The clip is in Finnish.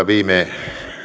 viime